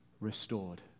restored